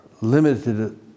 limited